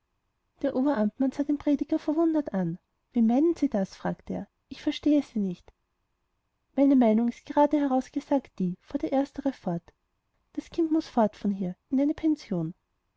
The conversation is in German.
der oberamtmann sah den prediger verwundert an wie meinen sie das fragte er ich verstehe sie nicht meine meinung ist geradeheraus gesagt die fuhr der erstere fort das kind muß fort von hier in eine pension